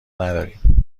نداریم